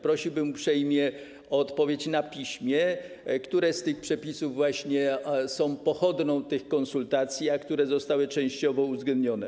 Prosiłbym uprzejmie o odpowiedź na piśmie, które z przepisów są pochodną tych konsultacji, a które zostały częściowo uwzględnione.